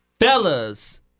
Fellas